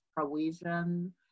provision